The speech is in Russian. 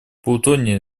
плутоний